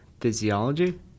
physiology